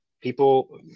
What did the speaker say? people